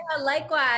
likewise